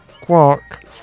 Quark